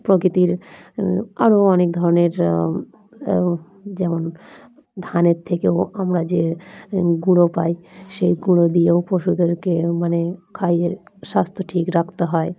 প্রকৃতির আরও অনেক ধরনের যেমন ধানের থেকেও আমরা যে গুঁড়ো পাই সেই গুঁড়ো দিয়েও পশুদেরকে মানে খাইয়ে স্বাস্থ্য ঠিক রাখতে হয়